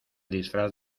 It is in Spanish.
disfraz